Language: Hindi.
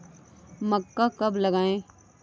मक्का कब लगाएँ?